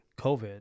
COVID